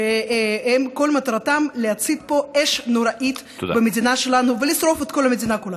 שכל מטרתם להצית פה אש נוראית במדינה שלנו ולשרוף את כל המדינה כולה.